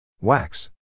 Wax